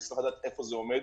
אני אשמח לדעת איפה זה עומד.